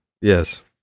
Yes